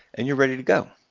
and you're ready to go.